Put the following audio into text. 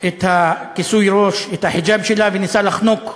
את כיסוי הראש, את החיג'אב שלה, וניסה לחנוק אותה,